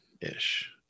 ish